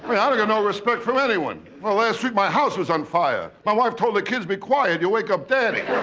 ah don't get no respect from anyone. well last week my house was on fire. my wife told the kids be quiet you'll wake up daddy.